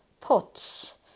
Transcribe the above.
pots